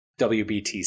WBTC